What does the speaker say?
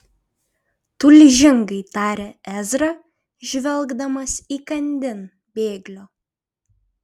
tulžingai tarė ezra žvelgdamas įkandin bėglio